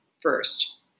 first